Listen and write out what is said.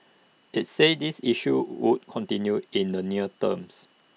IT said these issues would continue in the near terms